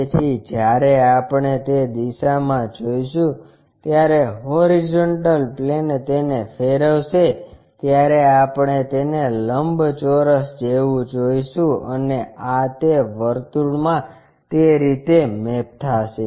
તેથી જ્યારે આપણે તે દિશામાં જોઈશું ત્યારે હોરીઝોન્ટલ પ્લેન તેને ફેરવશે ત્યારે આપણે તેને લંબચોરસ જેવું જોઇશું અને આ તે વર્તુળમાં તે રીતે મેપ થાશે